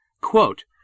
Quote